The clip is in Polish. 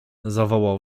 zawołał